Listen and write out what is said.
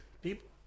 people